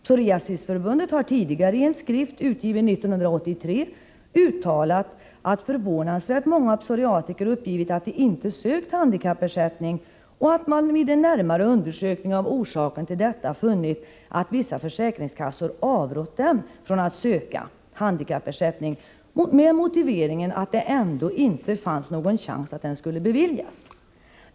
Psoriasisförbundet har tidigare i en skrift, utgiven 1983, uttalat att förvånansvärt många psoriatiker uppgivit att de inte sökt handikappersättning och att man vid en närmare undersökning av orsaken till detta funnit att vissa försäkringskassor avrått dem från att söka handikappersättning med motiveringen att det ändå inte fanns någon chans att ansökan skulle beviljas.